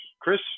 Chris